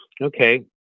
Okay